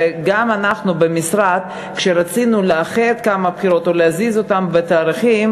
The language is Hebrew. וגם אנחנו במשרד כשרצינו לאחר כמה בחירות או להזיז את התאריכים